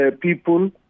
people